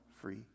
free